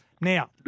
Now